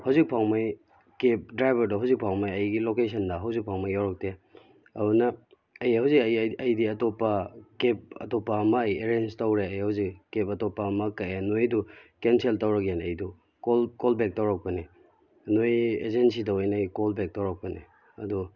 ꯍꯧꯖꯤꯛꯐꯥꯎꯕ ꯃꯣꯏ ꯀꯦꯕ ꯗ꯭ꯔꯥꯏꯚꯔꯗꯣ ꯍꯧꯖꯤꯛꯐꯥꯎꯕ ꯑꯩꯒꯤ ꯂꯣꯀꯦꯁꯟꯗ ꯍꯧꯖꯤꯛꯐꯥꯎꯕ ꯌꯧꯔꯛꯇꯦ ꯑꯗꯨꯅ ꯑꯩ ꯍꯧꯖꯤꯛ ꯑꯩ ꯑꯩꯗꯤ ꯑꯇꯣꯞꯄ ꯀꯦꯕ ꯑꯇꯣꯞꯄ ꯑꯃ ꯑꯩ ꯑꯦꯔꯦꯟꯖ ꯇꯧꯔꯦ ꯑꯩ ꯍꯧꯖꯤꯛ ꯀꯦꯕ ꯑꯇꯣꯞꯄ ꯑꯃ ꯀꯛꯑꯦ ꯅꯣꯏꯗꯨ ꯀꯦꯟꯁꯦꯜ ꯇꯧꯔꯒꯦꯅ ꯑꯩꯗꯨ ꯀꯣꯜ ꯀꯣꯜ ꯕꯦꯛ ꯇꯧꯔꯛꯄꯅꯦ ꯅꯣꯏ ꯑꯦꯖꯦꯟꯁꯤꯗ ꯑꯣꯏꯅ ꯀꯣꯜ ꯕꯦꯛ ꯇꯧꯔꯛꯄꯅꯦ ꯑꯗꯣ